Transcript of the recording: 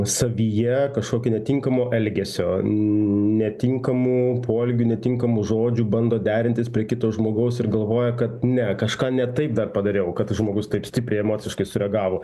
savyje kažkokį netinkamo elgesio netinkamų poelgių netinkamų žodžių bando derintis prie kito žmogaus ir galvoja kad ne kažką ne taip dar padariau kad žmogus taip stipriai emociškai sureagavo